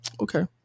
okay